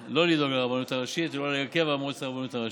לא לדאוג לרבנות הראשית ולא להרכב מועצת הרבנות הראשית.